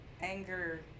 anger